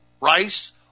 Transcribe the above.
rice